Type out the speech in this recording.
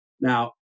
Now